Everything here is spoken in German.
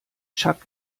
chuck